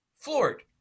Floored